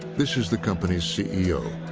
this is the company's c e o,